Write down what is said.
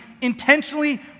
intentionally